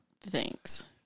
Thanks